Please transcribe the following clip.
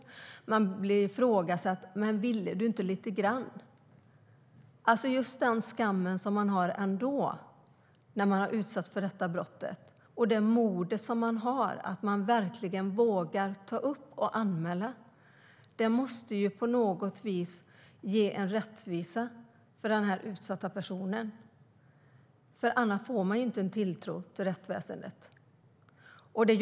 Men ville du inte lite grann? Man känner en skam ändå när man har utsatts för detta brott. Man har ett mod. Man vågar anmäla. Det måste på något vis ge en rättvisa för den utsatta personen. Annars får man inte en tilltro till rättsväsendet.